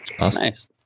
Nice